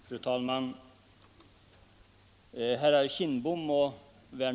Fru talman!